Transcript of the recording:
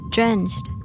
Drenched